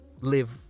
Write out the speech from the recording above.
live